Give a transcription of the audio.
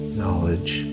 knowledge